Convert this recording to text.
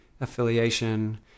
affiliation